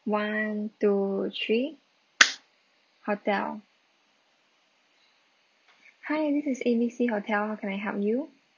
one two three hotel hi this is A B C hotel how can I help you